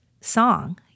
song